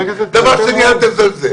דבר שני אל תזלזל.